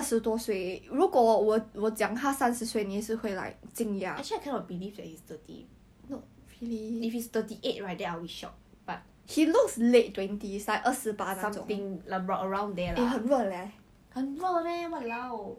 谁 farwas ah 谁 nicholas choi oh ya it's him but I think he already left the school